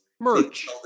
merch